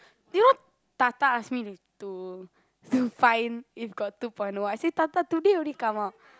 you know Tata ask me to to find if got two point O what I say Tata today only come out